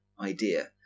idea